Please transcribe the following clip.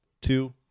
Two